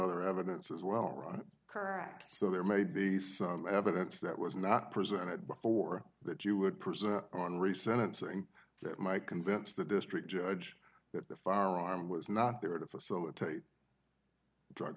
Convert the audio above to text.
other evidence as well right current act so there may be some evidence that was not presented before that you would present on re sentencing that might convince the district judge that the firearm was not there to facilitate drug